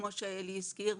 כמו שאלי הזכיר,